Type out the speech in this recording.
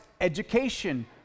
education